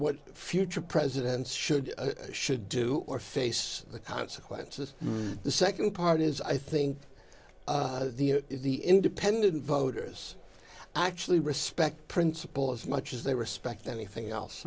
what future presidents should should do or face the consequences the nd part is i think the independent voters actually respect principle as much as they respect anything else